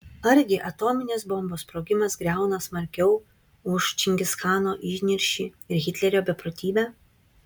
argi atominės bombos sprogimas griauna smarkiau už čingischano įniršį ir hitlerio beprotybę